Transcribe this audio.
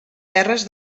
terres